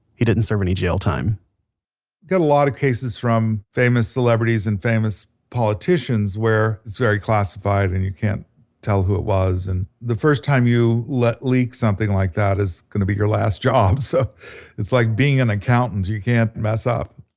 he didn't serve any jail time i get a lot of cases from famous celebrities and famous politicians where it's very classified and you can't tell who it was. and the first time you leak something like that is going to be your last job. so it's like being an accountant, you can't mess up